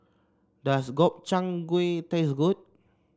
does Gobchang Gui taste good